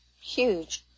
huge